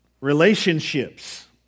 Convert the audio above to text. Relationships